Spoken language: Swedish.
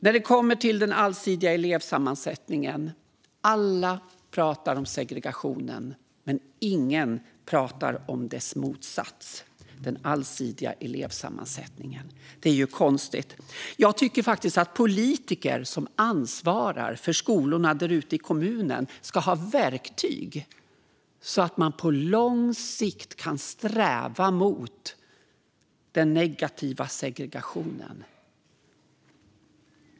När det kommer till den allsidiga elevsammansättningen pratar alla om segregationen, men ingen pratar om dess motsats - den allsidiga elevsammansättningen. Det är ju konstigt. Jag tycker faktiskt att politiker som ansvarar för skolorna där ute i kommunerna ska ha verktyg för att på lång sikt kunna arbeta mot den negativa segregationen.